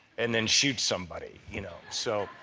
and then shoot somebody, you know. so,